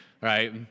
Right